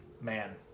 man